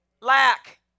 Lack